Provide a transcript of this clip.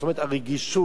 זאת אומרת, הרגישות